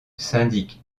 syndic